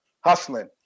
hustling